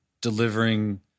delivering